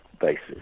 basis